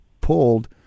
pulled